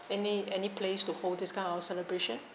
any any place to hold this kind of celebration